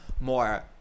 more